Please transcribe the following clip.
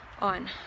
on